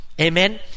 Amen